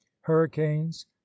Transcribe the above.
hurricanes